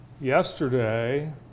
yesterday